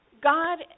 God